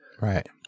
Right